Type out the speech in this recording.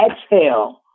exhale